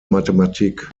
mathematik